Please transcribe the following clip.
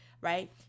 right